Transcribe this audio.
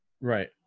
Right